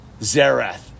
Zareth